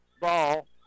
ball